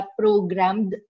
programmed